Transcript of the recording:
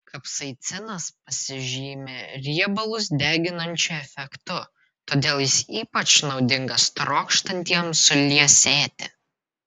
kapsaicinas pasižymi riebalus deginančiu efektu todėl jis ypač naudingas trokštantiems suliesėti